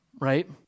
Right